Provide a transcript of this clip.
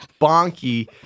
bonky